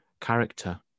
character